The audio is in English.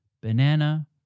banana